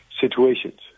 situations